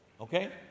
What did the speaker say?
okay